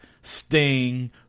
Sting